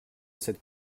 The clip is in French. cette